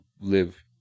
live